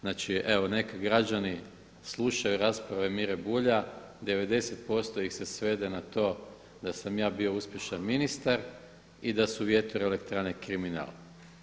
Znači evo neka građani slušaju rasprave Mire Bulja, 90% ih se svede na to da sam ja bio uspješan ministar i da su vjetroelektrane kriminal.